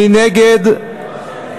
מי נגד?